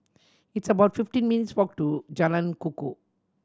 it's about fifty minutes' walk to Jalan Kukoh